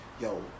yo